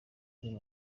ari